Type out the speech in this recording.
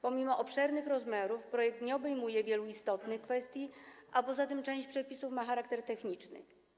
Pomimo obszernych rozmiarów projekt nie obejmuje wielu istotnych kwestii, poza tym część przepisów ma charakter techniczny.